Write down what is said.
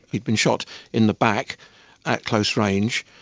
he'd been shot in the back at close range.